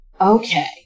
Okay